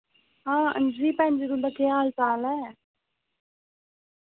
हां हांजी भैन जी तुंदा केह् हाल चाल ऐ